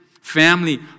family